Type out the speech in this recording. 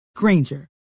Granger